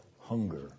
hunger